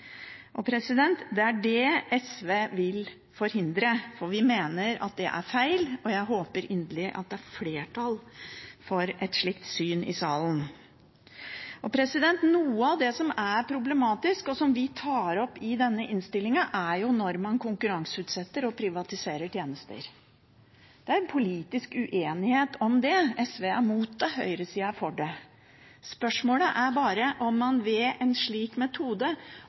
Det er det SV vil forhindre, for vi mener det er feil, og jeg håper inderlig at det er flertall for et slikt syn i salen. Noe av det som er problematisk, og som vi tar opp i denne innstillinga, er jo når man konkurranseutsetter og privatiserer tjenester. Det er en politisk uenighet om det – SV er imot det, mens høyresida er for det. Spørsmålet er bare om man ved en slik metode